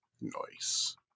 Nice